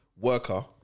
worker